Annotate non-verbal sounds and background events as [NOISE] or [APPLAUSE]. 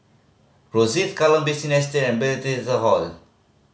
Rosyth Kallang Basin Estate and [UNINTELLIGIBLE] Hall